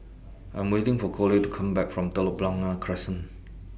I'm waiting For Coley to Come Back from Telok Blangah Crescent